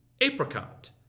Apricot